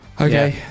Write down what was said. okay